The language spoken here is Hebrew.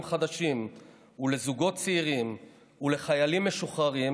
חדשים ולזוגות צעירים ולחיילים משוחררים,